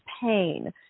pain